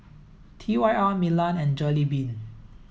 T Y R Milan and Jollibean